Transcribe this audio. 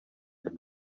them